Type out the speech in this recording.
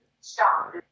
Stop